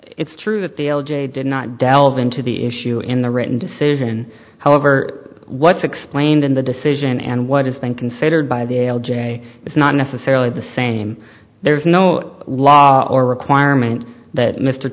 it's true that the l j did not delve into the issue in the written decision however what's explained in the decision and what is then considered by the l j is not necessarily the same there's no law or requirement that mr